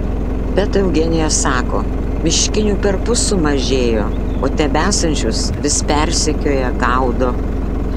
bet eugenija sako miškinių perpus sumažėjo o tebesančius vis persekioja gaudo